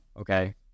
okay